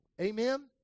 Amen